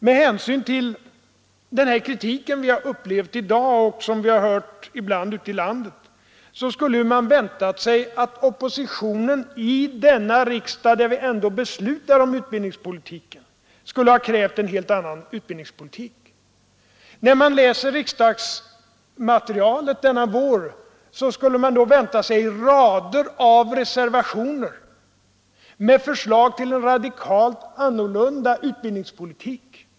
Med hänsyn till den kritik vi upplevt i dag och som vi har hört ibland ute i landet skulle man ha väntat sig att oppositionen i denna riksdag, där vi ändå beslutar om utbildningspolitiken, skulle ha krävt en helt annan utbildningspolitik. När man läser riksdagsmaterialet från denna vår skulle man då vänta sig rader av reservationer med förslag till en radikalt annorlunda utbildningspolitik.